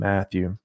Matthew